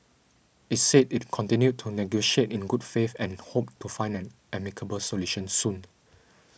it said it continued to negotiate in good faith and hoped to find an amicable solution soon